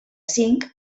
cinc